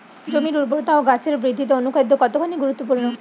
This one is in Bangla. জমির উর্বরতা ও গাছের বৃদ্ধিতে অনুখাদ্য কতখানি গুরুত্বপূর্ণ?